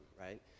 right